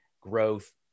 growth